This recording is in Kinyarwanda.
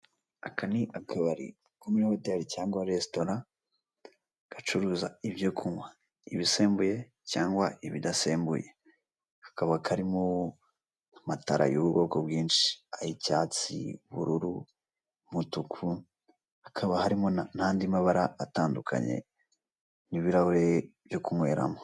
Aka ni akabari ko muri hoteli cyangwa resitora gacuruza ibyo kunywa ibisembuye cyangwa ibidasembuye, kakaba karimo amatara y'ubwoko bwinshi ay'icyatsi, ubururu, umutuku hakaba harimo n'andi mabara atandukanye n'ibirahure byo kunyweramo.